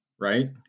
right